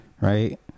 right